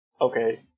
okay